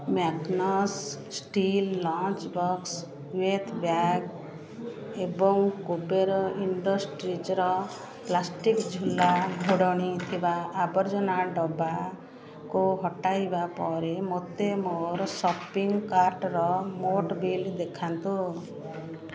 Magnus steel lunch box with bag ଏବଂ କୁବେର ଇଣ୍ଡଷ୍ଟ୍ରିଜ୍ର plastic ଝୁଲା ଘୋଡ଼ଣୀ ଥିବା ଆବର୍ଜନା ଡବାକୁ ହଟାଇବା ପରେ ମୋତେ ମୋର ସପିଙ୍ଗ କାର୍ଟ୍ର ମୋଟ ବିଲ୍ ଦେଖାନ୍ତୁ